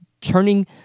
turning